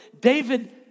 David